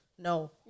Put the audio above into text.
No